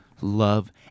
love